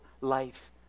life